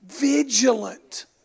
vigilant